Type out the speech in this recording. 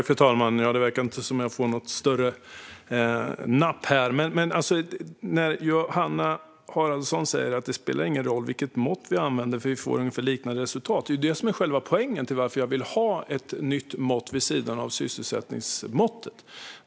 Fru talman! Det verkar som att jag inte får större napp. Johanna Haraldsson säger att det inte spelar någon roll vilket mått vi använder eftersom vi får liknande resultat. Det är själva poängen med varför jag vill ha ett nytt mått vid sidan av sysselsättningsmåttet.